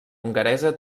hongaresa